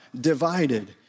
divided